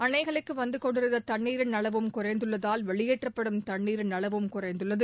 அணைகளுக்கு வந்துக் கொண்டிருந்த தண்ணீரின் அளவும் குறைந்துள்ளதால் வெளியேற்றப்படும் தண்ணீரின் அளவும் குறைந்துள்ளது